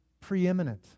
preeminent